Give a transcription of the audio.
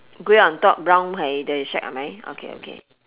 grey on top brown hai the shack ah hai mai okay okay